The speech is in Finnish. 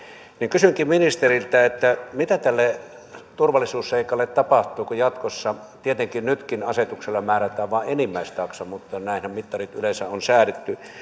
kysynkin ministeriltä siitä mitä tälle turvallisuusseikalle tapahtuu kun jatkossa asetuksella määrätään vain enimmäistaksa tietenkin nytkin näinhän mittarit yleensä on säädetty